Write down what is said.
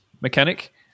mechanic